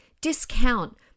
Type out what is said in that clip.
discount